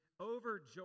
overjoyed